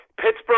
Pittsburgh